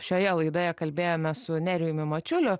šioje laidoje kalbėjome su nerijumi mačiuliu